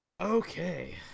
okay